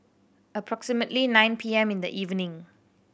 approximately nine P M in the evening